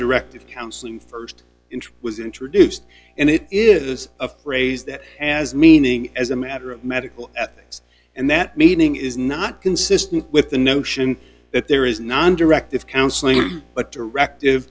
directed counseling st interim was introduced and it is a phrase that has meaning as a matter of medical ethics and that meaning is not consistent with the notion that there is non directive counseling but